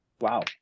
Wow